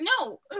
No